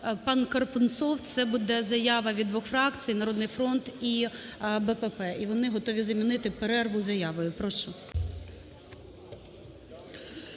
Пан Карпунцов. Це буде заява від двох фракцій: "Народний фронт" і БПП. І вони готові замінити перерву заявою. Прошу.